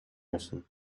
müssen